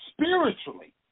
spiritually